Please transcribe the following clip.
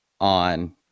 on